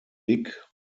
dick